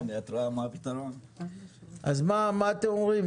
אז מה אתם אומרים?